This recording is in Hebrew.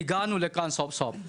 והגענו לכאן סוף סוף.